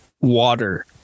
water